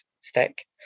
Stack